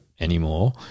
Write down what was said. anymore